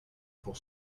pour